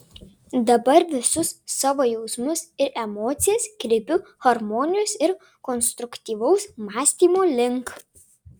dabar visus savo jausmus ir emocijas kreipiu harmonijos ir konstruktyvaus mąstymo link